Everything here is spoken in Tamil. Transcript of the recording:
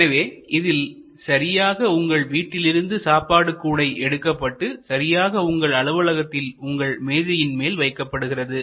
எனவே இதில் சரியாக உங்கள் வீட்டிலிருந்து சாப்பாடு கூடை எடுக்கப்பட்டு சரியாக உங்கள் அலுவலகத்தில் உங்கள் மேஜையின் மேல் வைக்கப்படுகிறது